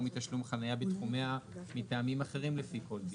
מתשלום חנייה בתחומיה מטעמים אחרים לפי כל דין.